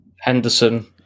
Henderson